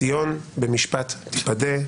ציון במשפט תיפדה.